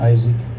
Isaac